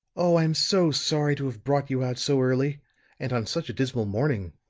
oh, i'm so sorry to have brought you out so early and on such a dismal morning,